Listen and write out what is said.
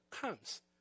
comes